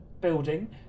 building